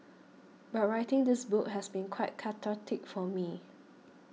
but writing this book has been quite cathartic for me